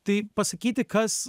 tai pasakyti kas